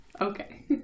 Okay